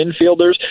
infielders